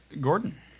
Gordon